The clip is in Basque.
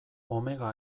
omega